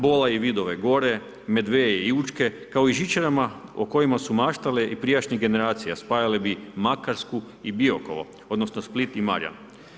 Bola i Vidove gore, Medveje i Učke kao i žičarama o kojima su maštale i prijašnje generacije, spajale bi Makarsku i Biokovo, odnosno Split i Marijan.